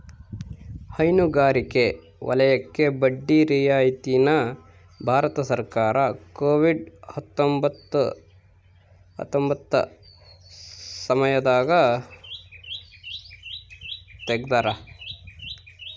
ಹೈನುಗಾರಿಕೆ ವಲಯಕ್ಕೆ ಬಡ್ಡಿ ರಿಯಾಯಿತಿ ನ ಭಾರತ ಸರ್ಕಾರ ಕೋವಿಡ್ ಹತ್ತೊಂಬತ್ತ ಸಮಯದಾಗ ತೆಗ್ದಾರ